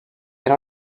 una